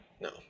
No